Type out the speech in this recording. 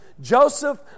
Joseph